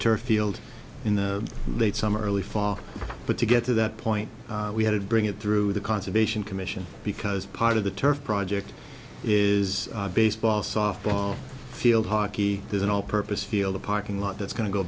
turf field in the late summer early fall but to get to that point we had to bring it through the conservation commission because part of the turf project is baseball softball field hockey there's an all purpose field a parking lot that's going to go